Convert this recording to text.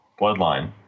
Bloodline